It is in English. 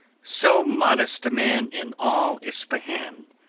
so modest a man in all ispahan,